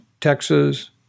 Texas